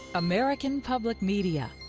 american public media.